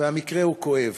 והמקרה הוא כואב,